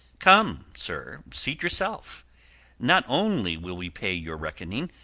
come, sir, seat yourself not only will we pay your reckoning,